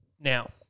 Now